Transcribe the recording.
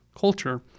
culture